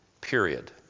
period